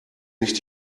nicht